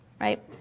right